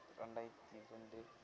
ரெண்டாயிரத்து ரெண்டு